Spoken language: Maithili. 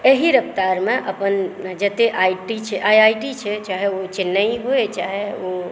तऽ एहि रफ्तारमे जते आईटी छै आईआईटी छै चाहे ओ चेन्नई होइ चाहे ओ